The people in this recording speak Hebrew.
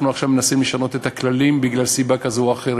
מנסים לשנות את הכללים מסיבה כזאת או אחרת.